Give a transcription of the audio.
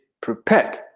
prepared